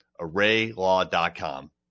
ArrayLaw.com